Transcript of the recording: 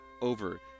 over